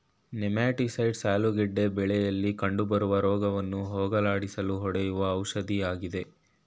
nematicides ಆಲೂಗೆಡ್ಡೆ ಬೆಳೆಯಲಿ ಕಂಡುಬರುವ ರೋಗವನ್ನು ಹೋಗಲಾಡಿಸಲು ಹೊಡೆಯುವ ಔಷಧಿಯಾಗಿದೆ